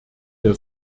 der